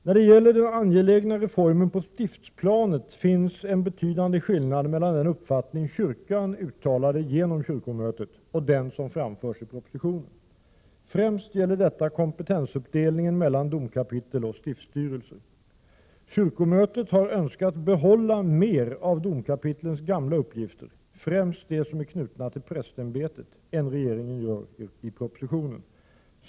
När det gäller den angelägna reformen på stiftsplanet finns en betydande skillnad mellan den uppfattning kyrkan uttalade genom kyrkomötet och den som framförs i propositionen. Främst gäller detta kompetensuppdelningen mellan domkapitel och stiftsstyrelser. Kyrkomötet har önskat behålla mer av domkapitlens gamla uppgifter, främst dem som är knutna till prästämbetet, än regeringen föreslår i propositionen.